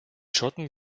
schotten